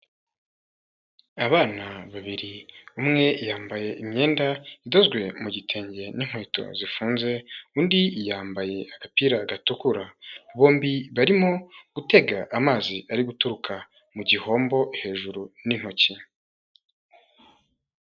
Abana babiri, umwe yambaye imyenda idozwe mu gitenge n'inkweto zifunze undi yambaye agapira gatukura, bombi barimo gutega amazi ari guturuka mu gihombo hejuru n'intoki.